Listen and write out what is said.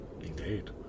Indeed